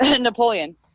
Napoleon